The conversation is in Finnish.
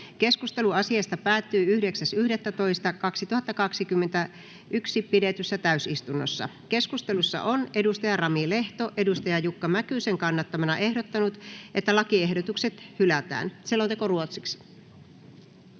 Keskustelu asiasta päättyi 9.11.2021 pidetyssä täysistunnossa. Keskustelussa on Rami Lehto Jukka Mäkysen kannattamana ehdottanut, että lakiehdotukset hylätään. Lähetekeskustelua